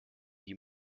wie